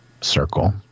circle